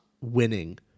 winning